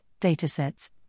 datasets